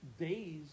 Days